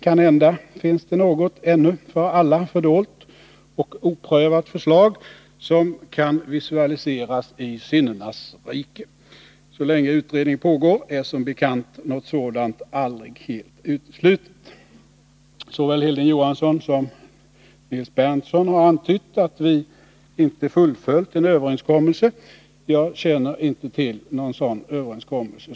Kanhända finns det något ännu för alla fördolt och oprövat förslag som kan visualiseras i sinnenas rike. Så länge utredning pågår är som bekant något sådant aldrig helt uteslutet. Såväl Hilding Johansson som Nils Berndtson har antytt att vi inte fullföljt en överenskommelse. Jag känner inte till någon sådan överenskommelse.